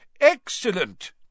Excellent